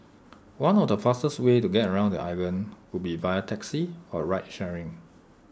one of the fastest ways to get around the island would be via taxi or ride sharing